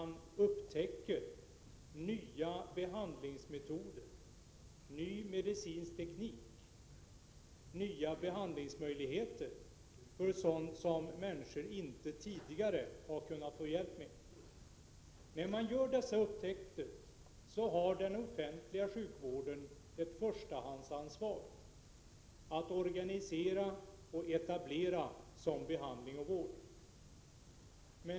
När nya behandlingsmetoder, ny medicinsk teknik, nya behandlingsmöjligheter för sådant som människor tidigare inte har kunnat få hjälp med upptäcks har den offentliga sjukvården ett förstahandsansvar att organisera och etablera sådan behandling och vård.